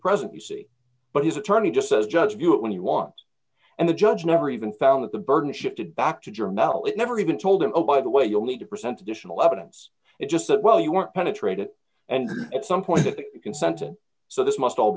present you see but his attorney just says just do it when he wants and the judge never even found that the burden shifted back to your mallet never even told him oh by the way you'll need to present additional evidence it's just that well you weren't penetrated and at some point consented so this must all